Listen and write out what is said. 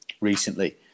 recently